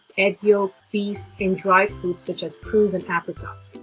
egg yolk, beef, and dry fruits such as prunes and apricots.